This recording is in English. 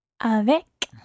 Avec